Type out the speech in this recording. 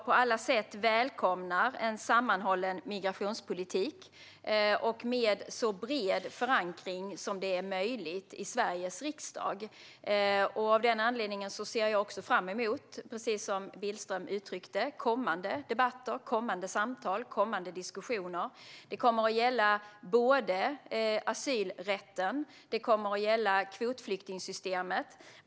På alla sätt välkomnar jag en sammanhållen migrationspolitik med så bred förankring i Sveriges riksdag som är möjligt. Av denna anledning ser jag, precis som Billström uttryckte, fram emot kommande debatter, samtal och diskussioner som kommer att gälla asylrätten och kvotflyktingssystemet.